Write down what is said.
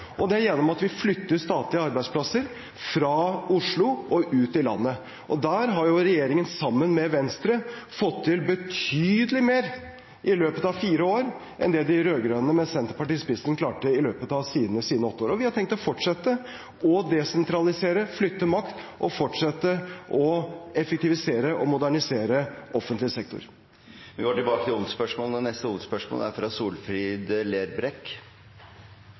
og gjennom at vi flytter statlige arbeidsplasser fra Oslo og ut i landet. Der har regjeringen, sammen med Venstre, fått til betydelig mer i løpet av fire år enn det de rød-grønne med Senterpartiet i spissen klarte i løpet av sine åtte år. Vi har tenkt å fortsette å desentralisere og flytte makt, og å effektivisere og modernisere offentlig sektor. Vi går til neste hovedspørsmål. Eg vil gjerne stilla eit spørsmål til